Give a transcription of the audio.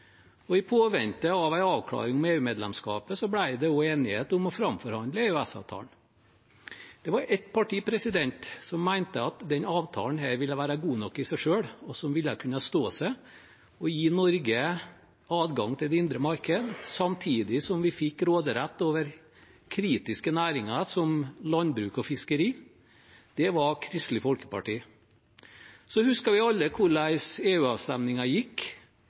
I påvente av en avklaring om EU-medlemskapet ble det også enighet om å framforhandle EØS-avtalen. Det var ett parti som mente at denne avtalen ville være god nok i seg selv, kunne stå seg og gi Norge adgang til det indre marked, samtidig som vi fikk råderett over kritiske næringer som landbruk og fiskeri. Det var Kristelig Folkeparti. Så husker vi alle hvordan EU-avstemningen gikk.